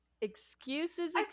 excuses